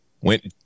went